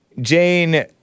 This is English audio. Jane